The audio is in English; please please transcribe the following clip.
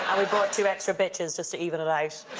and we brought two extra bitches, just to even it i mean